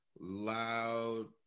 loud